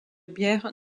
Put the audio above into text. bières